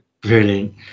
Brilliant